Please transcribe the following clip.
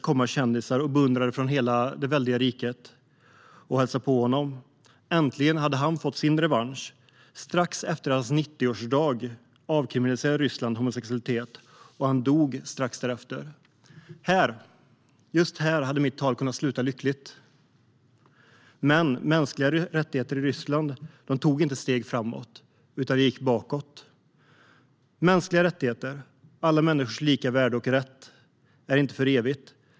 Kändisar och beundrare från hela det väldiga riket kom och hälsade på honom. Äntligen fick han sin revansch. Strax efter hans 90-årsdag avkriminaliserade Ryssland homosexualitet. Strax därefter dog han. Här kunde mitt tal ha slutat lyckligt, men mänskliga rättigheter i Ryssland har inte tagit ett steg framåt utan gått bakåt. Mänskliga rättigheter, alla människors lika värde och rätt, är inte för evigt.